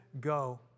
go